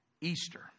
Easter